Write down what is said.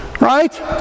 Right